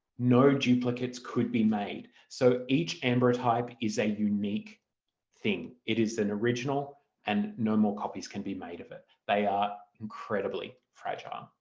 no duplicates could be made so each ambrotype is a unique thing, it is an original and no more copies can be made of it. they are incredibly fragile. um